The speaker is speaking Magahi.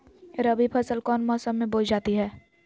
रबी फसल कौन मौसम में बोई जाती है?